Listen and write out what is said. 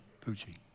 Pucci